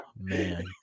man